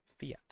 fiat